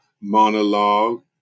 monologue